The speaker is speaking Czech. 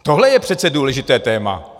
Tohle je přece důležité téma.